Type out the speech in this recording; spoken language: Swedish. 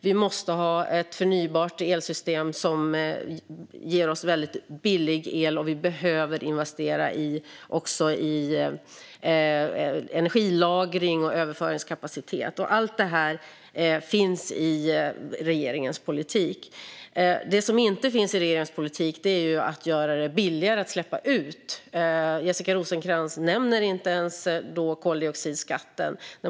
Vi måste ha ett förnybart elsystem som ger oss väldigt billig el. Vi behöver dessutom investera i energilagring och överföringskapacitet. Allt detta finns i regeringens politik. Det som inte finns i regeringens politik är att göra det billigare att släppa ut. Jessica Rosencrantz nämner inte ens koldioxidskatten.